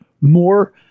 More